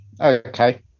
okay